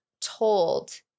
told